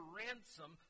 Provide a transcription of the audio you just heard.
ransom